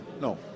No